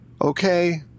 Okay